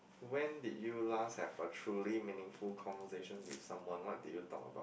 when did you last have a truly meaningful conversation with someone what did you talk about